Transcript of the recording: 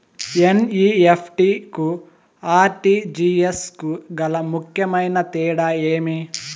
NEFT కు RTGS కు గల ముఖ్యమైన తేడా ఏమి?